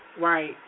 right